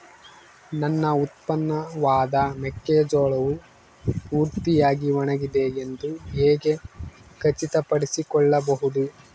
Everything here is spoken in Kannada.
ನನ್ನ ಉತ್ಪನ್ನವಾದ ಮೆಕ್ಕೆಜೋಳವು ಪೂರ್ತಿಯಾಗಿ ಒಣಗಿದೆ ಎಂದು ಹೇಗೆ ಖಚಿತಪಡಿಸಿಕೊಳ್ಳಬಹುದು?